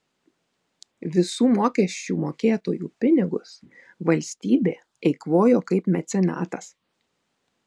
visų mokesčių mokėtojų pinigus valstybė eikvojo kaip mecenatas